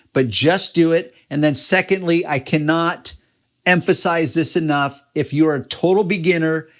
but just do it, and then secondly, i cannot emphasize this enough, if you're a total beginner,